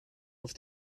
auf